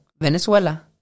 Venezuela